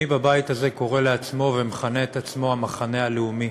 מי בבית הזה קורא לעצמו ומכנה את עצמו "המחנה הלאומי"